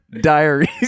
diaries